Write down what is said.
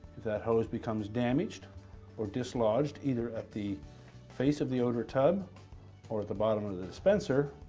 that hose becomes damaged or dislodged, either at the face of the outer tub or at the bottom of the dispenser,